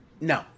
No